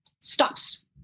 stops